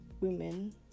women